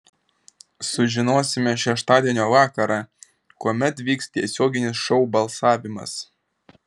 sužinosime šeštadienio vakarą kuomet vyks tiesioginis šou balsavimas